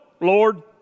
Lord